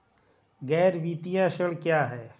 गैर वित्तीय ऋण क्या है?